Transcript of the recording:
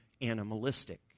animalistic